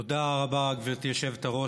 תודה רבה, גברתי היושבת-ראש.